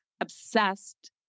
obsessed